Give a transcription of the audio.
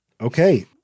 Okay